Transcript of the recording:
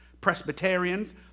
Presbyterians